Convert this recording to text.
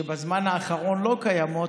שבזמן האחרון לא קיימות,